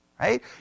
Right